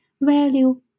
value